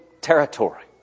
territory